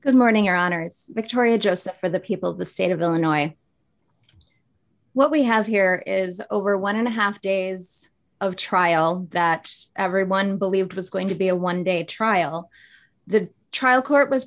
good morning or honors victoria just for the people of the state of illinois what we have here is over one and a half days of trial that everyone believed was going to be a one day trial the trial court was